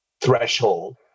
threshold